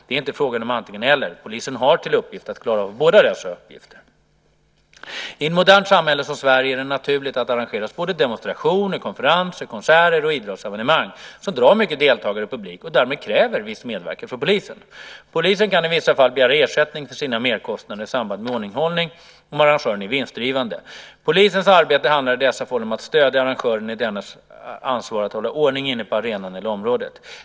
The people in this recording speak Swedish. Det är inte fråga om antingen eller. Polisen har till uppgift att klara av båda dessa uppgifter. I ett modernt samhälle som Sverige är det naturligt att det arrangeras både demonstrationer, konferenser, konserter och idrottsevenemang som drar mycket deltagare och publik och därmed kräver viss medverkan från polisen. Polisen kan i vissa fall begära ersättning för sina merkostnader i samband med ordningshållning om arrangören är vinstdrivande. Polisens arbete handlar i dessa fall om att stödja arrangören i dennes ansvar att hålla ordning inne på arenan eller området.